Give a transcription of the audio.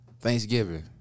Thanksgiving